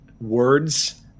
words